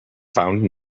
found